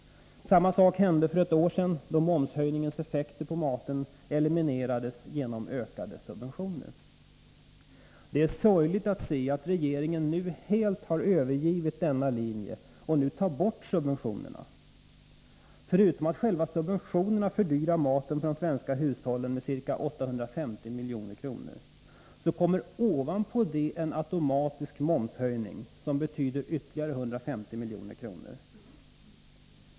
Samma sak hände för ett år sedan, då momshöjningens effekter på matpriserna eliminerades genom ökade subventioner. Det är sorgligt att se att regeringen nu helt har övergivit denna linje och tar bort subventionerna. Förutom att själva subventionerna fördyrar maten för de svenska hushållen med ca 850 miljoner kommer — ovanpå detta — en automatisk momshöjning med ca 150 miljoner.